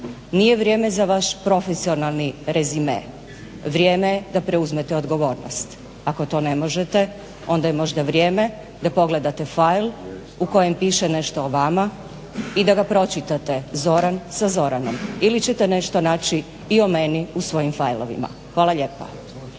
nije vrijeme za vaš profesionalni rezime. Vrijeme je da preuzmete odgovornost. Ako to ne možete, onda je možda vrijeme da pogledate file u kojem piše nešto o vama i da ga pročitate Zoran sa Zoranom. Ili ćete nešto naći i o meni u svojim fileovima. Hvala lijepa.